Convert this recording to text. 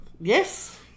Yes